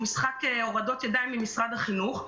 משחק של הורדות ידיים עם משרד החינוך,